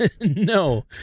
no